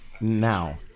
Now